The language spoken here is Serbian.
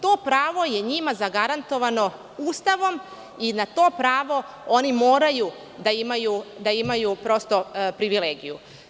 To pravo je njima zagarantovano Ustavom i na to pravo oni moraju da imaju privilegiju.